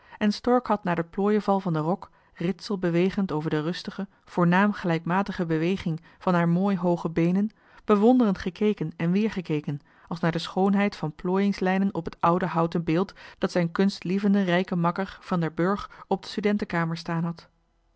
en stork had naar den plooienval van den rok ritselbewegend over de rustige voornaam gelijkmatige beweging van haar mooi hooge beenen bewonderend gekeken en weer gekeken als naar de schoonheid van plooiingslijnen op het oude houten beeld dat zijn kunstlievende rijke makker van der burgh op zijn studentekamer staan had